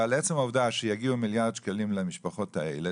אבל עצם העובדה שיגיעו מיליארד שקלים למשפחות האלה,